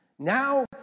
Now